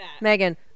Megan